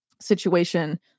situation